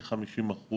כ-50%,